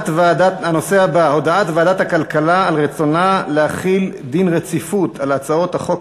הנושא הבא: הודעת ועדת הכלכלה על רצונה להחיל דין רציפות על הצעות חוק.